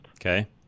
Okay